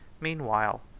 meanwhile